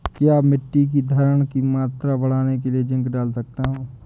क्या मिट्टी की धरण की मात्रा बढ़ाने के लिए जिंक डाल सकता हूँ?